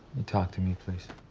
you talk to me, please?